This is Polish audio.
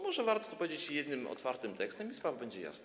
Może warto to powiedzieć jednym, otwartym tekstem i sprawa będzie jasna.